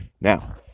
Now